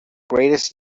greatest